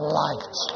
light